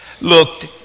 looked